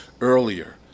earlier